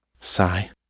Sigh